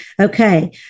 Okay